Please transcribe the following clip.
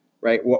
right